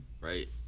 right